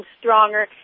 stronger